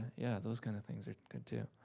yeah, those kind of things are good too.